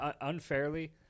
unfairly